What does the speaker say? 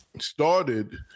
Started